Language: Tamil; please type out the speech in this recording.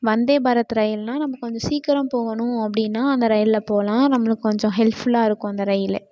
வந்தே பாரத் ரயில்னா நம்ம கொஞ்சம் சீக்கிரம் போகணும் அப்படின்னா அந்த ரயிலில் போகலாம் நம்மளுக்கு கொஞ்சம் ஹெல்ப்ஃபுல்லாக இருக்கும் அந்த ரயிலு